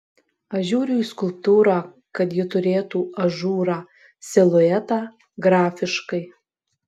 aš žiūriu į skulptūrą kad ji turėtų ažūrą siluetą grafiškai